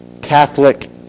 Catholic